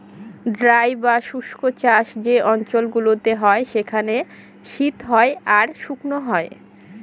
dry বা শুস্ক চাষ যে অঞ্চল গুলোতে হয় সেখানে শীত হয় আর শুকনো হয়